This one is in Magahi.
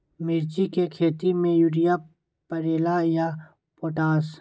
मिर्ची के खेती में यूरिया परेला या पोटाश?